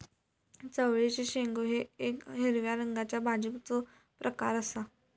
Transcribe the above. चवळीचे शेंगो हे येक हिरव्या रंगाच्या भाजीचो प्रकार आसा